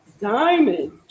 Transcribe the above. Diamond